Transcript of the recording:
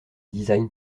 design